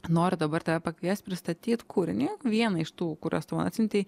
noriu dabar tave pakviest pristatyt kūrinį vieną iš tų kurias tu man atsiuntei